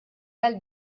għall